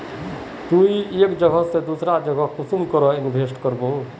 ती एक जगह से दूसरा जगह कुंसम करे इन्वेस्टमेंट करबो?